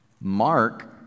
Mark